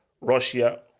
Russia